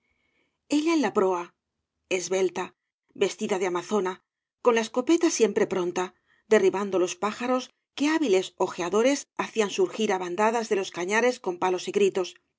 ella en la proa esbelta vestida de amazona con la escopeta siempre pronta derribando oañas y barro loa pájaros que hábiles ojeadores hacían surgir á bandadas de los cañares con palos y gritos